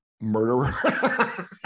murderer